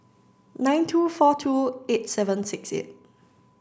nine two four two eight seven six eight